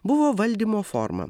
buvo valdymo forma